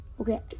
Okay